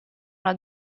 una